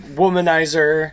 womanizer